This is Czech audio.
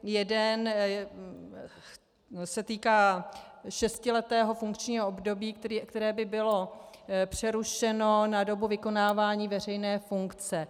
Jeden se týká šestiletého funkčního období, které by bylo přerušeno na dobu vykonávání veřejné funkce.